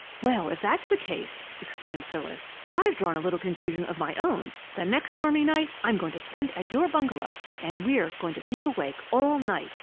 well, if that's the case, exclaimed phyllis, i've drawn a little conclusion of my own. the next stormy night i'm going to spend at your bungalow and we're going to keep awake all night!